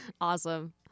Awesome